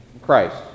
Christ